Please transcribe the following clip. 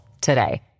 today